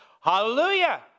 Hallelujah